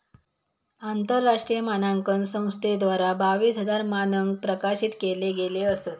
आंतरराष्ट्रीय मानांकन संस्थेद्वारा बावीस हजार मानंक प्रकाशित केले गेले असत